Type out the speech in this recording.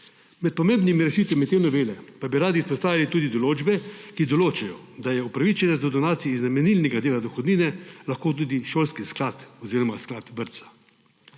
Med pomembnimi rešitvami te novele pa bi radi izpostavili tudi določbe, ki določajo, da je upravičenec do donacij iz namenilnega dela dohodnine lahko tudi šolski sklad oziroma sklad vrtca.